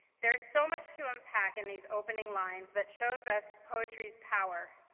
there's so much to unpack in these opening lines that shows us poetry's power,